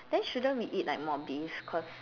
then shouldn't we eat like more beef cause